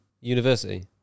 University